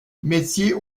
métier